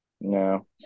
no